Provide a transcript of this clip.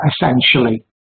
essentially